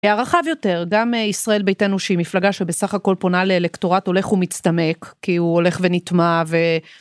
הרחב יותר, גם ישראל ביתנו שהיא מפלגה שבסך הכל פונה לאלקטורט הולך ומצטמק, כי הוא הולך ונטמע ו...